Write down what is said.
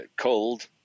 cold